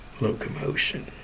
Locomotion